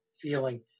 feeling